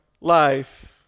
life